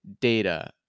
data